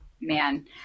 Man